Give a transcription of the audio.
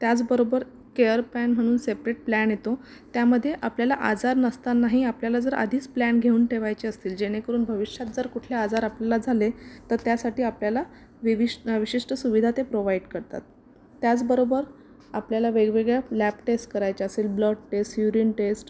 त्याचबरोबर care plan म्हणून separate plan येतो त्यामध्ये आपल्याला आजार नसतानाही आपल्याला जर आधीच प्लॅन घेऊन ठेवायचे असतील जेणेकरून भविष्यात जर कुठले आजार आपल्याला झाले तर त्यासाठी आपल्याला विविश विशिष्ट सुविधा ते प्रोवाईड करतात त्याचबरोबर आपल्याला वेगवेगळ्या लॅब टेस्ट करायच्या असेल ब्लड टेस्ट युरीन टेस्ट